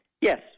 Yes